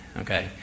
Okay